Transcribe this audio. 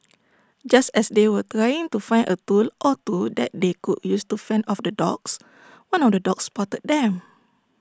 just as they were trying to find A tool or two that they could use to fend off the dogs one of the dogs spotted them